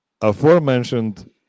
aforementioned